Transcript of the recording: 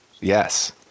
Yes